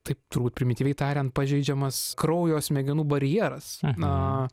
taip turbūt primityviai tariant pažeidžiamas kraujo smegenų barjeras na